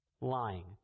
lying